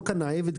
לא קנה עבד,